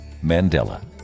Mandela